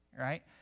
right